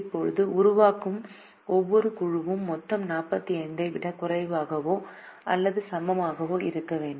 இப்போது உருவாகும் ஒவ்வொரு குழுவும் மொத்தம் 45 ஐ விடக் குறைவாகவோ அல்லது சமமாகவோ இருக்க வேண்டும்